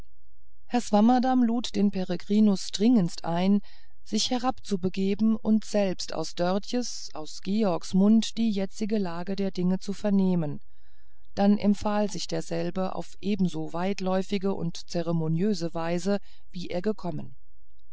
herr swammerdamm lud den peregrinus dringendst ein sich herabzubegeben und selbst aus dörtjes aus georges munde die jetzige lage der dinge zu vernehmen dann empfahl sich derselbe auf ebenso weitläuftige und zeremoniöse weise wie er gekommen